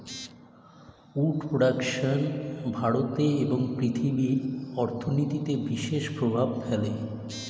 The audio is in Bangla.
উড প্রোডাক্শন ভারতে এবং পৃথিবীর অর্থনীতিতে বিশেষ প্রভাব ফেলে